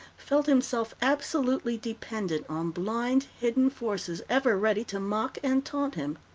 felt himself absolutely dependent on blind, hidden forces ever ready to mock and taunt him.